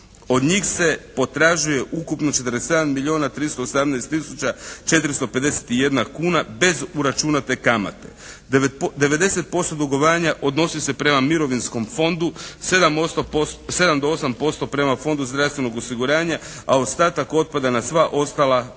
Od njih se potražuje ukupno 47 milijuna 318 tisuća 451 kuna bez uračunate kamate. 90% dugovanja odnosi se prema Mirovinskom fondu. 7 do 8% prema Fondu zdravstvenog osiguranja, a ostatak otpada na sva ostala